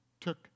took